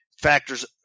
factors